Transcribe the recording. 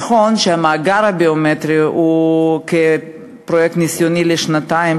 נכון שהמאגר הביומטרי הוא פרויקט ניסיוני לשנתיים,